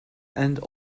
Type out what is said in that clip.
and